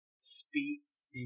speaks